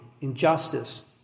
injustice